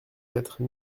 quatre